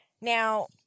Now